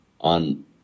on